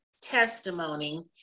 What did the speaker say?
testimony